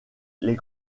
les